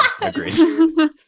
agreed